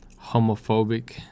homophobic